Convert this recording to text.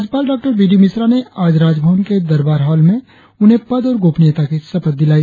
राज्यपाल डॉ B D Mishra ने आज राजभवन के दरबार हॉल में उन्हें पद और गोपनीयता की शपथ दिलाई